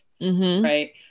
right